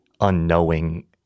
Unknowing